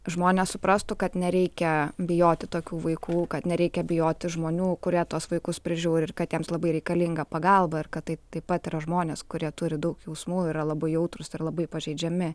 žmonės suprastų kad nereikia bijoti tokių vaikų kad nereikia bijoti žmonių kurie tuos vaikus prižiūri ir kad jiems labai reikalinga pagalba ir kad tai taip pat yra žmonės kurie turi daug jausmų yra labai jautrūs ir labai pažeidžiami